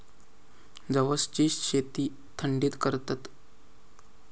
जवसची शेती थंडीत करतत